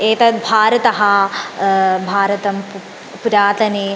एतद् भारतः भारतं पु पुरातने